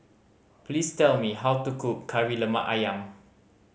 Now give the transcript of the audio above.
please tell me how to cook Kari Lemak Ayam